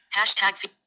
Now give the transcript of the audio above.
Hashtag